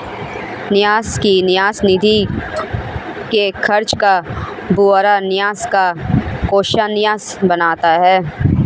न्यास की न्यास निधि के खर्च का ब्यौरा न्यास का कोषाध्यक्ष बनाता है